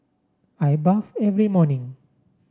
I bathe every morning